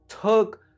took